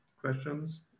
questions